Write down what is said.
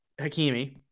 hakimi